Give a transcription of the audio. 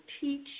teach